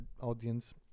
audience